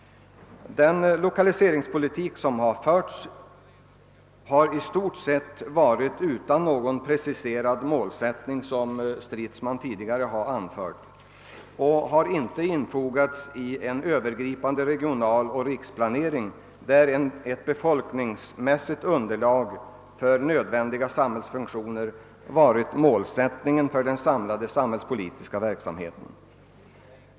Den lokaliseringspolitik som förts har i stort sett varit utan några preciserade mål, vilket också framhållits av herr Stridsman, och har inte infogats i en övergripande regionaloch riksomfattande planering, där ett befolkningsmässigt underlag för nödvändiga sam hällsfunktioner är målet för den samlade samhällspolitiska verksamheten.